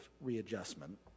readjustment